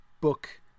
book